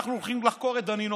אנחנו הולכים לחקור את דנינו,